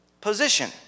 Position